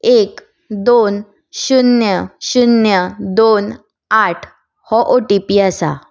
एक दोन शुन्य शुन्य दोन आठ हो ओ टी पी आसा